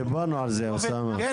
דיברנו על זה אוסאמה.